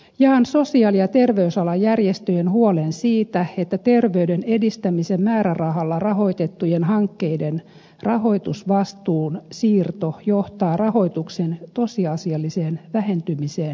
jaan sosiaali ja terveysalan järjestöjen huolen siitä että terveyden edistämisen määrärahalla rahoitettujen hankkeiden rahoitusvastuun siirto johtaa rahoituksen tosiasialliseen vähentymiseen nykyisestä